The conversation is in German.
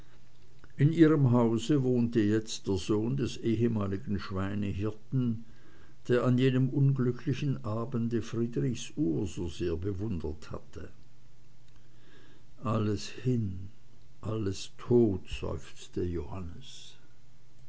in ihrem hause wohnte jetzt der sohn des ehemaligen schweinehirten der an jenem unglücklichen abende friedrichs uhr so sehr bewundert hatte alles hin alles tot seufzte johannes